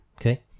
Okay